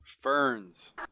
Ferns